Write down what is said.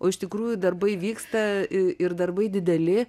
o iš tikrųjų darbai vyksta ir darbai dideli